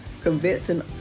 convincing